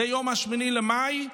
זה יום 8 במאי.